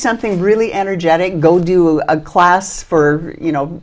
something really energetic go do a class for you know